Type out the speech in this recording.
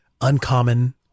uncommon